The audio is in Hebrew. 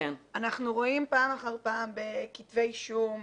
אנחנו רואים פעם אחר פעם בכתבי אישום,